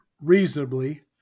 reasonably